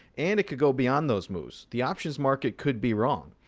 and it could go beyond those moves. the options market could be wrong.